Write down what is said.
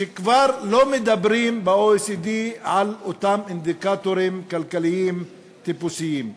שכבר לא מדברים ב-OECD על אותם אינדיקטורים כלכליים טיפוסיים: